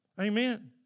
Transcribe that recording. Amen